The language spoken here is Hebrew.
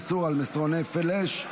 איסור על מסרוני פלאש),